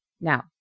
Now